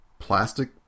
plastic